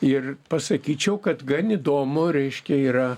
ir pasakyčiau kad gan įdomu reiškia yra